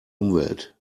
umwelt